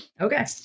okay